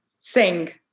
Sing